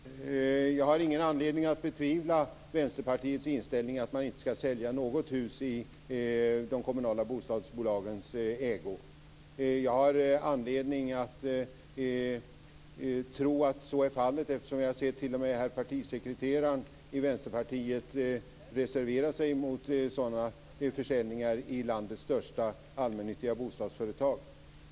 Herr talman! Jag har ingen anledning att betvivla Vänsterpartiets inställning att man inte skall sälja något hus i de kommunala bostadsbolagens ägo. Jag har anledning att tro att det är så eftersom jag ser att t.o.m. herr partisekreteraren i Vänsterpartiet reserverar sig mot sådana försäljningar i landets största allmännyttiga bostadsföretag.